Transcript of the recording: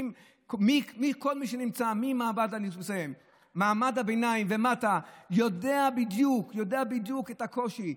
כל מי שנמצא במעמד הביניים ומטה יודע בדיוק את הקושי.